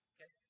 Okay